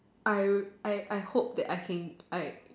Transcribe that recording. I I I hope that I can I